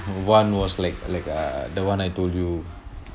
one was like like uh the one I told you